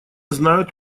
знают